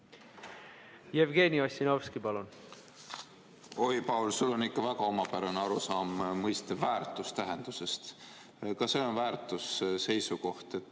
Jevgeni Ossinovski, palun! Oi, Paul, sul on ikka väga omapärane arusaam mõiste "väärtus" tähendusest. Ka see on väärtusseisukoht,